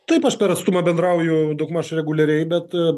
taip aš per atstumą bendrauju daugmaž reguliariai bet